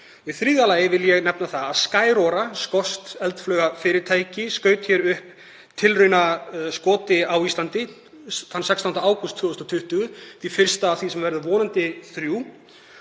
Í þriðja lagi vil ég nefna það að Skyrora, skoskt eldflaugafyrirtæki, skaut upp tilraunaskoti á Íslandi þann 16. ágúst 2020, því fyrsta af vonandi þremur.